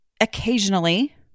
occasionally